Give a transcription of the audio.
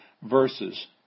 Verses